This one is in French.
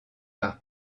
par